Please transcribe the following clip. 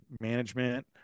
management